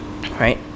right